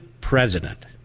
president